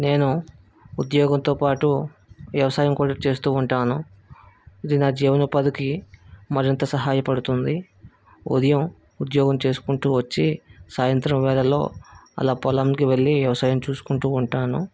నేను ఉద్యోగంతో పాటు వ్యవసాయం కూడా చేస్తూ ఉంటాను ఇది నా జీవనోపాధికి మరింత సహాయపడుతుంది ఉదయం ఉద్యోగం చేసుకుంటూ వచ్చి సాయంత్రం వేళలో అలా పొలంకి వెళ్లి వ్యవసాయం చూసుకుంటూ ఉంటాను